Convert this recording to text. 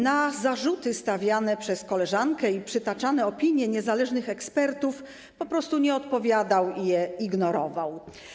Na zarzuty stawiane przez koleżankę i przytaczane opinie niezależnych ekspertów po prostu nie odpowiadał i je ignorował.